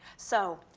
so,